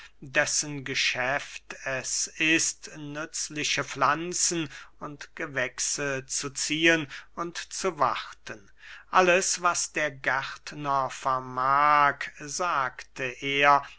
dessen geschäft es ist nützliche pflanzen und gewächse zu ziehen und zu warten alles was der gärtner vermag sagte er